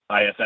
ISS